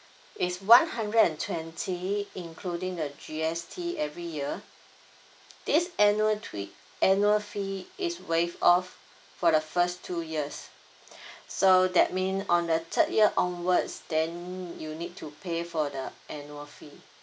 it's one hundred and twenty including the G_S_T every year this annual tri~ annual fee is waived off for the first two years so that mean on the third year onwards then you'll need to pay for the annual fee